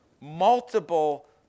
multiple